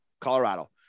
Colorado